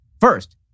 First